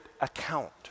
account